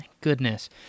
goodness